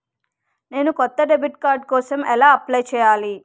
నేను కొత్త debit card కోసం ఎలా అప్లయ్ చేయాలి?